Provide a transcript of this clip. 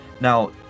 Now